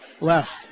left